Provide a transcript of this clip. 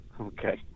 Okay